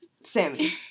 Sammy